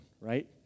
right